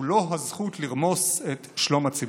הוא לא הזכות לרמוס את שלום הציבור.